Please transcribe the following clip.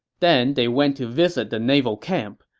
then, they went to visit the naval camp.